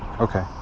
Okay